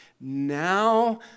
Now